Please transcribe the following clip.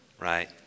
right